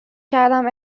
کردم